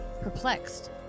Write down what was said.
perplexed